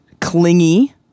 clingy